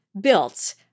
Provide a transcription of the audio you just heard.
built